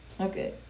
Okay